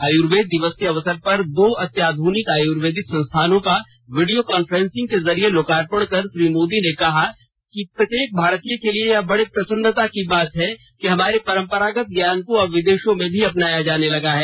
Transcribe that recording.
आयुर्वेद दिवस के अवसर पर दो अत्याध्रनिक आयुर्वेदिक संस्थानों का वीडियो कांफ्रेंसिंग के जरिए लोकार्पण कर श्री मोदी ने कहा कि प्रत्येक भारतीय के लिए यह बात बड़े प्रसन्नता की है कि हमारे परंपरागत ज्ञान को अब विदेशों में भी अपनाया जाने लगा है